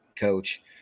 coach